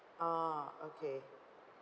ah okay